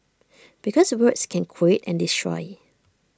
because words can create and destroy